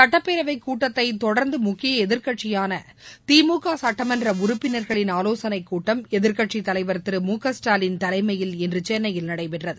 சுட்டப்பேரவைக் கூட்டத்தை தொடர்ந்து முக்கிய எதிர்க்கட்சியான திமுக சுட்டமன்ற உறுப்பினர்களின் ஆலோசனைக் கூட்டம் எதிர்க்கட்சித் தலைவர் திரு மு க ஸ்டாலின் தலைமையில் இன்று சென்னையில் நடைபெற்றது